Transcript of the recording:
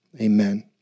Amen